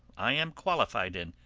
i am qualified in,